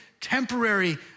temporary